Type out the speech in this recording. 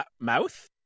mouth